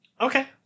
Okay